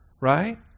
Right